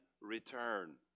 return